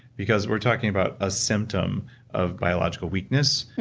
because we're talking about a symptom of biological weakness,